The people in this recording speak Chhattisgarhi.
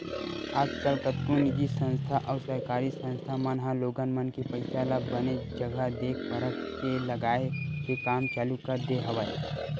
आजकल कतको निजी संस्था अउ सरकारी संस्था मन ह लोगन मन के पइसा ल बने जघा देख परख के लगाए के काम चालू कर दे हवय